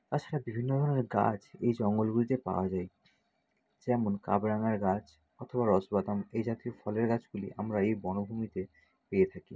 তাছাড়া বিভিন্ন ধরনের গাছ এই জঙ্গলগুলিতে পাওয়া যায় যেমন কামরাঙার গাছ অথবা রস বাদাম এই জাতীয় ফলের গাছগুলি আমরা এই বনভূমিতে পেয়ে থাকি